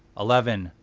eleven,